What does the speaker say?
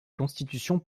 constitutions